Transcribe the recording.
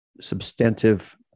substantive